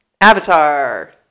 Avatar